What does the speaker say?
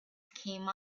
came